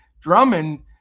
Drummond